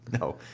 no